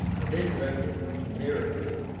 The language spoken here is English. i then reckoned chimerical,